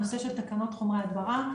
הנושא של תקנות חומרי הדברה.